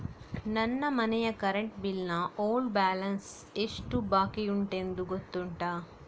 ನನ್ನ ಮನೆಯ current bill ನ ಓಲ್ಡ್ ಬ್ಯಾಲೆನ್ಸ್ ಎಷ್ಟು ಬಾಕಿಯುಂಟೆಂದು ಗೊತ್ತುಂಟ?